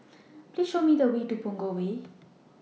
Please Show Me The Way to Punggol Way